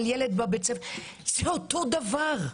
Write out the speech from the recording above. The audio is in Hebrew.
זה אותו דבר.